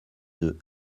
deux